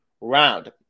round